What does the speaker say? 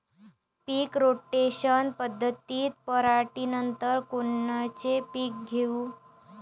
पीक rotation पद्धतीत पराटीनंतर कोनचे पीक घेऊ?